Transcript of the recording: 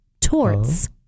torts